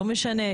לא משנה,